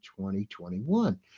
2021